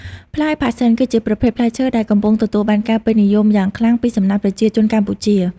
ផ្លែផាសសិន គឺជាប្រភេទផ្លែឈើដែលកំពុងទទួលបានការពេញនិយមយ៉ាងខ្លាំងពីសំណាក់ប្រជាជនកម្ពុជា។